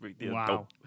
Wow